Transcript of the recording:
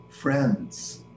friends